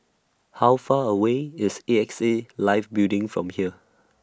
How Far away IS A X A Life Building from here